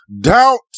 doubt